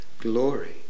glory